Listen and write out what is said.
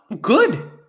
good